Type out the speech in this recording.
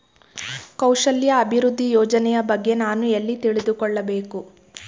ಕೌಶಲ್ಯ ಅಭಿವೃದ್ಧಿ ಯೋಜನೆಯ ಬಗ್ಗೆ ನಾನು ಎಲ್ಲಿ ತಿಳಿದುಕೊಳ್ಳಬೇಕು?